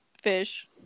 fish